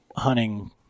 hunting